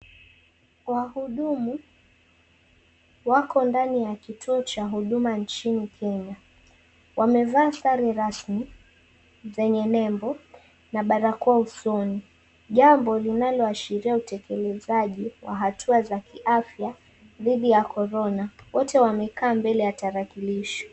Wahudumu wako ndani ya kituo cha huduma nchini kenya. Wamevaa sare rasmi, zenye nembo na barakoa usoni. Jambo linalo ashiria utekelezaji wa hatua za kiafya dhidhi ya corona. Wote wamekaa mbele ya tarakilishi.